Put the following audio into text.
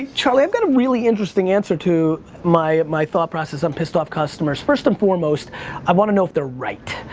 and charlie, i've got a really interesting answer to my my thought process on pissed-off customers. first and foremost i want to know if they're right.